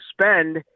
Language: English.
spend